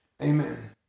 Amen